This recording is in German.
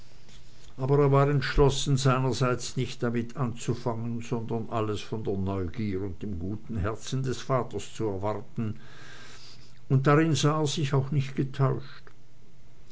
aber er war entschlossen seinerseits damit nicht anzufangen sondern alles von der neugier und dem guten herzen des vaters zu erwarten und darin sah er sich auch nicht getäuscht